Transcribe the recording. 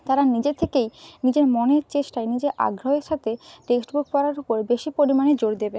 তারা নিজে থেকেই নিজের মনের চেষ্টায় নিজের আগ্রহের সাথে টেক্সট বুক পড়ার উপর বেশি পরিমাণে জোর দেবে